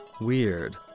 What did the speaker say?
weird